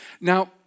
Now